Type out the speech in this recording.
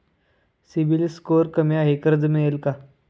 CIBIL score कमी आहे कर्ज मिळेल का?